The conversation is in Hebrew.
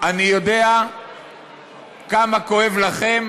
אני יודע כמה כואב לכם